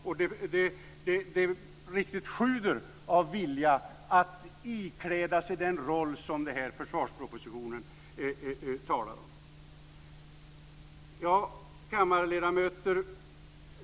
Det riktigt sjuder av vilja att ikläda sig den roll som försvarspropositionen talar om. Kammarledamöter!